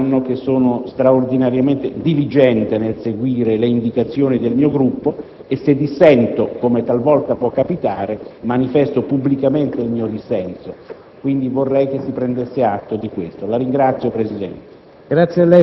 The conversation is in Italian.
tutti sanno che sono straordinariamente diligente nel seguire le indicazioni del mio Gruppo e se dissento, come talvolta può capitare, manifesto pubblicamente il mio dissenso. Vorrei, pertanto, che si prendesse atto di ciò.